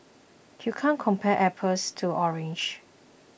you can't compare apples to oranges